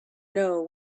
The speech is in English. know